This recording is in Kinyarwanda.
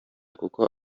kuko